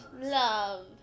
love